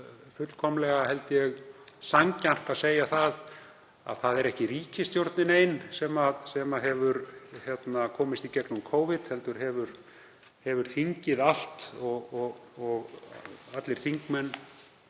fullkomlega sanngjarnt að segja að það er ekki ríkisstjórnin ein sem hefur komist í gegnum Covid heldur hefur þingið allt og allir þingmenn